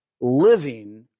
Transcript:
living